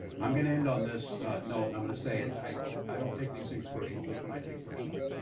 i'm gonna end on this no, and i'm gonna say it i i don't take these things personal. this one i take personal.